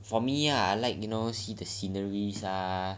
for me ah I like you know see the sceneries ah